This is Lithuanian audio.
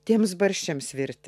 tiems barščiams virti